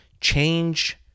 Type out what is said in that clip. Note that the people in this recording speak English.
Change